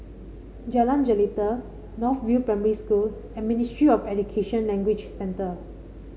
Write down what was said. Jalan Jelita North View Primary School and Ministry of Education Language Centre